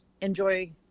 enjoy